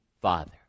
Father